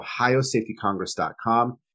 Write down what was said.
ohiosafetycongress.com